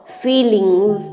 feelings